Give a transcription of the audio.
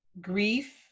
grief